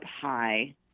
high